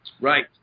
Right